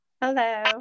Hello